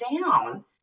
down